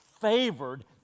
favored